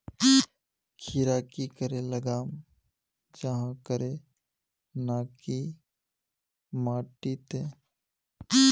खीरा की करे लगाम जाहाँ करे ना की माटी त?